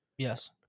Yes